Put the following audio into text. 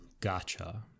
gotcha